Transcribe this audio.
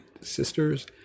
Sisters